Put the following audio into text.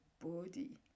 body